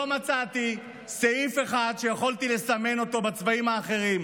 לא מצאתי סעיף אחד שיכולתי לסמן אותו בצבעים האחרים,